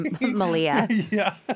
Malia